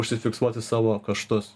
užsifiksuoti savo kaštus